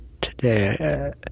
today